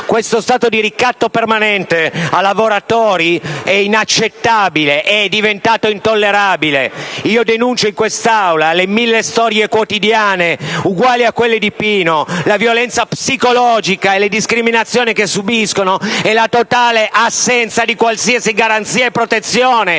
Questo stato di ricatto permanente ai lavoratori è inaccettabile, è diventato intollerabile. Io denuncio in quest'Aula le mille storie quotidiane uguali a quella di Pino, la violenza psicologica e le discriminazioni che subiscono e la totale assenza di qualsiasi garanzia e protezione